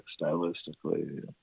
stylistically